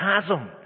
chasm